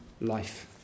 life